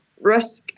risk